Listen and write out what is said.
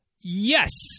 Yes